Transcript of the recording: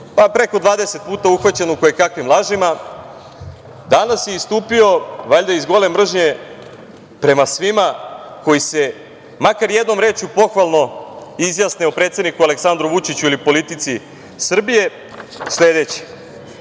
je preko 20 puta uhvaćen u kojekakvim lažima, danas je istupio, valjda iz gole mržnje prema svima koji se makar jednom rečju pohvalno izjasne o predsedniku Aleksandru Vučiću ili politici Srbije